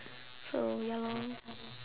so ya lor